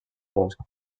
fosc